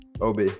Ob